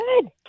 Good